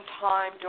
time